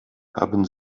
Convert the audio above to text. haben